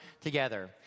together